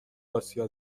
آسیا